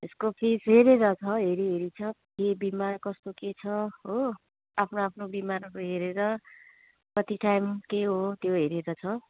यसको फिस हेरेर छ हेरी हेरी छ के बिमार कस्तो के छ हो आफ्नो आफ्नो बिमार अब हेरेर कति टाइम के हो त्यो हेरेर छ